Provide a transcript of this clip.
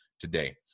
today